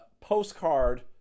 postcard